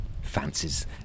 fancies